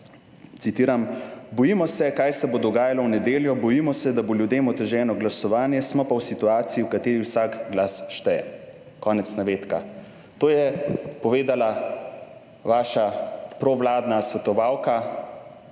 citiram: »Bojimo se kaj se bo dogajalo v nedeljo, bojimo se, da bo ljudem oteženo glasovanje, smo pa v situaciji, v kateri vsak glas šteje.«, konec navedka. To je povedala vaša provladna svetovalka,